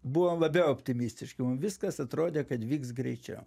buvom labiau optimistiški mum viskas atrodė kad vyks greičiau